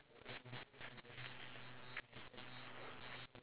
need to communicate with the other party